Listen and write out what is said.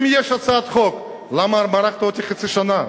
אם יש הצעת חוק למה מרחת אותי חצי שנה?